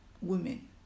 women